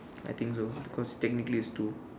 I think so because technically it's two